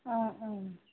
অঁ অঁ